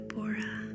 Bora